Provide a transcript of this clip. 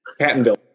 Pattonville